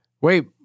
Wait